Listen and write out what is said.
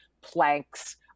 planks